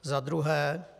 Za druhé.